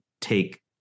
take